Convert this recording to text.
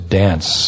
dance